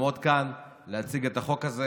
לעמוד כאן להציג את החוק הזה.